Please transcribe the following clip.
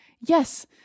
yes